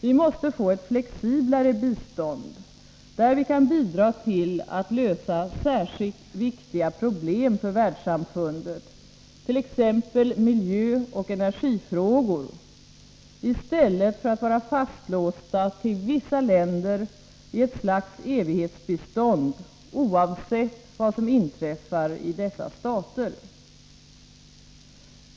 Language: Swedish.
Vi måste få ett flexiblare bistånd, där vi kan bidra till att lösa särskilt viktiga problem för världssamfundet, t.ex. miljöoch energifrågor, i stället för att vara fastlåsta till vissa länder i ett slags evighetsbistånd, oavsett vad som inträffar i dessa stater.